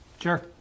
Sure